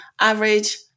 average